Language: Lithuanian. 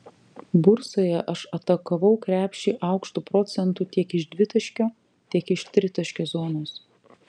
bursoje aš atakavau krepšį aukštu procentu tiek iš dvitaškio tiek iš tritaškio zonos